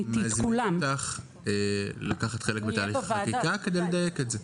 אני מזמין אותך לקחת חלק בתהליך החקיקה כדי לדייק את זה.